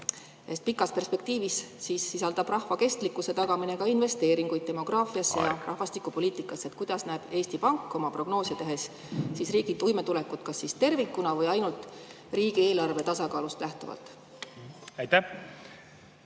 Pikas perspektiivis sisaldab rahva kestlikkuse tagamine ka investeeringuid demograafiasse ja rahvastikupoliitikasse. Aeg! Kuidas näeb Eesti Pank oma prognoose tehes riigi toimetulekut kas tervikuna või ainult riigi eelarve tasakaalust lähtuvalt? Aitäh!